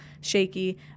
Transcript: shaky